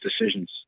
decisions